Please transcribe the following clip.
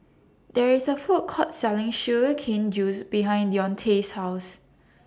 There IS A Food Court Selling Sugar Cane Juice behind Deontae's House